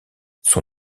son